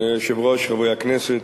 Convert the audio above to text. אדוני היושב-ראש, חברי הכנסת,